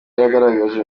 yaragaragaje